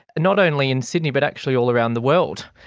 not only in sydney but actually all around the world,